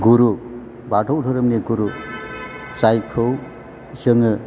गुरु बाथौ धोरोमनि गुरु जायखौ जोङो